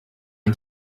les